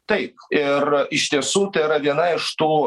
taip ir iš tiesų tai yra viena iš tų